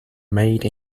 made